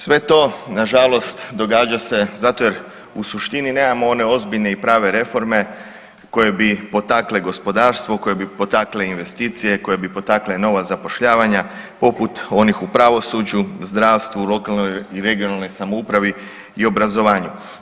Sve to na žalost događa se zato jer u suštini nemamo one ozbiljne i prave reforme koje bi potakle gospodarstvo, koje bi potakle investicije, koje bi potakle nova zapošljavanja poput onih u pravosuđu, zdravstvu, lokalnoj i regionalnoj samoupravi i obrazovanju.